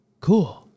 cool